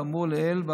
כאמור לעיל,